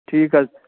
ٹھیٖک حظ